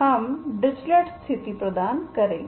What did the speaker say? हम डिरिचलेट स्थिति प्रदान करेंगे